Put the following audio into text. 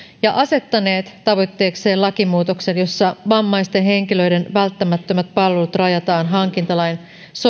ja asettaneet tavoitteekseen lakimuutoksen jossa vammaisten henkilöiden välttämättömät palvelut rajataan hankintalain